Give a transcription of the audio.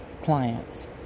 clients